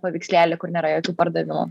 pavikslėlį kur nėra jokių pardavimų